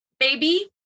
baby